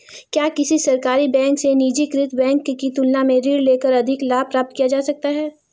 क्या किसी सरकारी बैंक से निजीकृत बैंक की तुलना में ऋण लेकर अधिक लाभ प्राप्त किया जा सकता है?